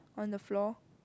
on the floor